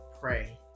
pray